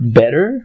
better